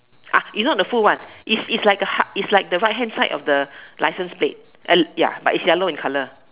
ah it's not the full one it's it's like a ha~ it's like the right hand side of the licence plate uh ya but it's yellow in colour